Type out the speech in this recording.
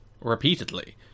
repeatedly